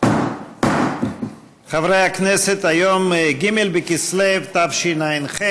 דקה 4 יעקב מרגי (ש"ס): 4 עיסאווי